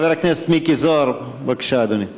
חבר הכנסת מיקי זוהר, בבקשה, אדוני.